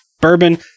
bourbon